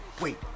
wait